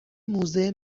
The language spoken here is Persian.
موزه